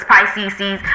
Pisces